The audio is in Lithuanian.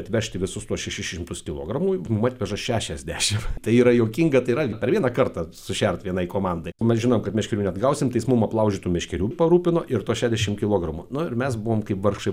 atvežti visus tuos šešis šimtus kilogramų mum atveža šešiasdešimt tai yra juokinga tai yra per vieną kartą sušert vienai komandai mes žinom kad meškerių neatgausim tai jis mum aplaužytų meškerių parūpino ir tuos šešiasdešimt kilogramų nu ir mes buvome kaip vargšai